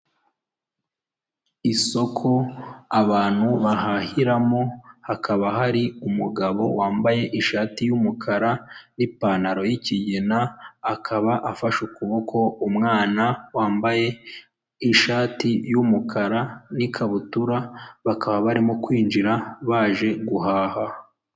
Imodoka y'umutuku ifite ibirahuri by'umukara itwawe n'umutwazi wambaye imyenda ya kaki n'isaha y'umukara kukuboko ahagaritswe n'umupolisi wambaye imyenda y'akazi hari ibiti bitandukanye indabyo, ndetse n'inyubako nyinshi.